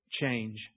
change